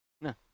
No